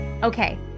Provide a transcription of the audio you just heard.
Okay